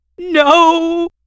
No